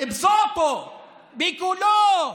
(אומר בערבית: